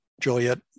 Juliet